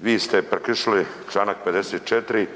Vi ste prekršili članak 54.